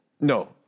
No